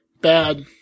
Bad